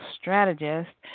strategist